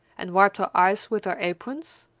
and wiped her eyes with their aprons,